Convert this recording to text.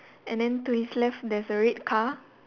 and then to his left there's a red car